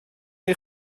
neu